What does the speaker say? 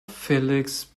felix